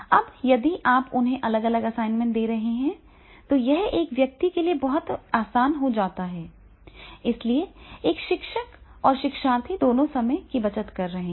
अब यदि आप उन्हें अलग अलग असाइनमेंट दे रहे हैं तो यह एक व्यक्ति के लिए बहुत आसान हो जाता है इसलिए एक शिक्षक और शिक्षार्थी दोनों समय की बचत कर रहे हैं